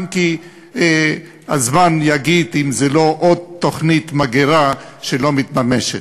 אם כי הזמן יגיד אם זו לא עוד תוכנית מגירה שלא מתממשת.